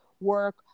work